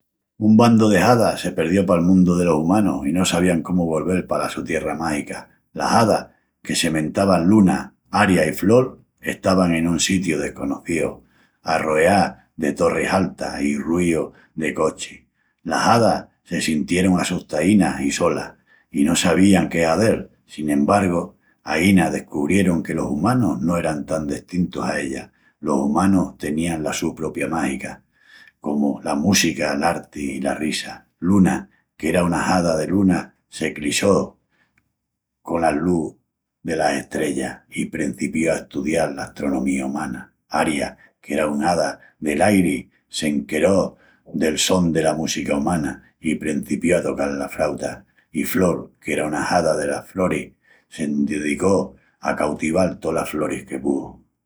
Un bandu de hadas se perdió pal mundu delos umanus, i no sabían cómu golvel pala su tierra mágica. Las hadas, que se mentavan Luna, Aria i Frol, estavan en un sitiu desconocíu, arroeás de torris altas i ruíu de cochis. Las Hadas se sintierun assustaínas i solas, i no sabían qué hazel. Sin embargu, aína descubrierun que los umanus no eran tan destintus a ellas. Los umanus tenían la su propia mágica, comu la música, l'arti i la risa. Luna, qu'era una hada de luna, se clissó cona lus delas estrellas i prencipió a estudial l'astronomía umana. Aria, qu'era una hada d'airi, s'enqueró del son dela música umana i prencipió a tocal la frauta. I Frol, qu'era una hada delas froris, s'endedicó a cautival tolas froris que púu.